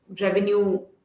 revenue